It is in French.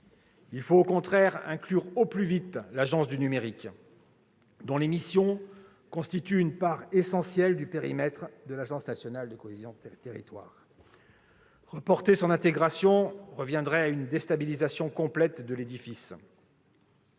Il faut au contraire inclure au plus vite l'Agence du numérique, dont les missions constituent une part essentielle du périmètre de l'agence nationale de la cohésion des territoires. Reporter son intégration reviendrait à déstabiliser complètement l'édifice.